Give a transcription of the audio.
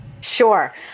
Sure